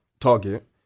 target